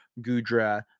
Gudra